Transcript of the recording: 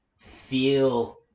feel